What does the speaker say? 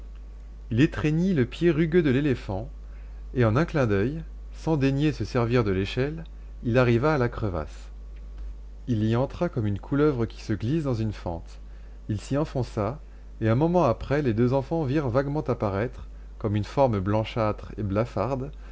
il étreignit le pied rugueux de l'éléphant et en un clin d'oeil sans daigner se servir de l'échelle il arriva à la crevasse il y entra comme une couleuvre qui se glisse dans une fente il s'y enfonça et un moment après les deux enfants virent vaguement apparaître comme une forme blanchâtre et blafarde